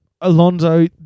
Alonso